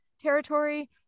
Territory